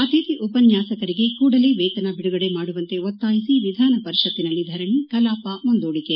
ಅತಿಥಿ ಉಪನ್ನಾಸಕರಿಗೆ ಕೂಡಲೇ ವೇತನ ಬಿಡುಗಡೆ ಮಾಡುವಂತೆ ಒತ್ತಾಯಿಸಿ ವಿಧಾನ ಪರಿಷತ್ತಿನಲ್ಲಿ ಧರಣಿ ಕಲಾಪ ಮುಂದೂಡಿಕೆ